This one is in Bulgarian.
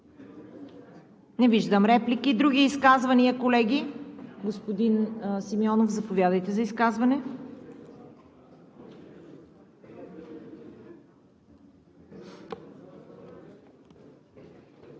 Не виждам реплики. Други изказвания, колеги? Господин Симеонов, заповядайте.